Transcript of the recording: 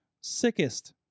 sickest